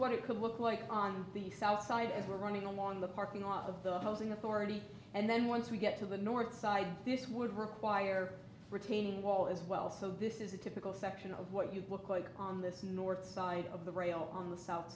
what it could look like on the south side as we're running along the parking lot of the opposing authority and then once we get to the north side this would require a retaining wall as well so this is a typical section of what you look like on this north side of the rail on the south